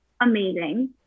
amazing